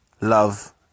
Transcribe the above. love